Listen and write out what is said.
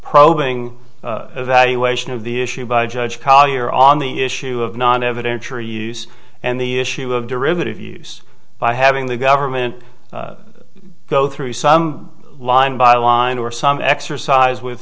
probing evaluation of the issue by judge collier on the issue of non evidentiary use and the issue of derivative use by having the government go through some line by line or some exercise with